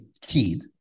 kid